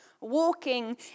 walking